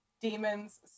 Demons